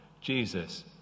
Jesus